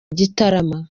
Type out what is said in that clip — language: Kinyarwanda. gitarama